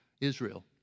Israel